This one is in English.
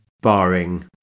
barring